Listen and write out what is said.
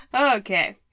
Okay